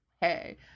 hey